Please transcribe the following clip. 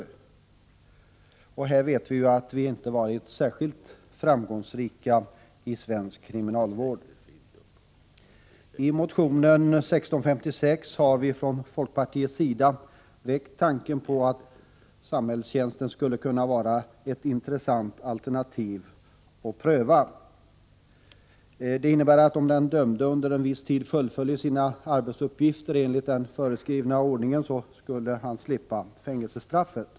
Vi vet att svensk kriminalvård inte alltid varit särskilt framgångsrik i fråga om detta. I motion 1656 har vi från folkpartiets sida väckt tanken att samhällstjänsten kan vara ett intressant alternativ att pröva. Den innebär att om den dömde under en viss tid fullföljer sina arbetsuppgifter enligt den föreskrivna ordningen skulle han slippa fängelsestraff.